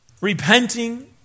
repenting